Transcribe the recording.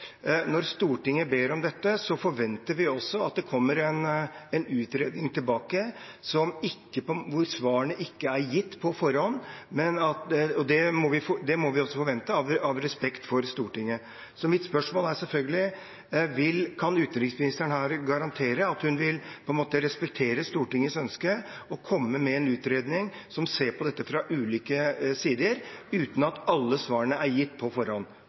Når Stortinget ber om dette, forventer vi også at det kommer en utredning tilbake hvor svarene ikke er gitt på forhånd. Det må vi forvente av respekt for Stortinget. Mitt spørsmål er selvfølgelig: Kan utenriksministeren garantere at hun vil respektere Stortingets ønske og komme med en utredning som ser på dette fra ulike sider, uten at alle svarene er gitt på forhånd?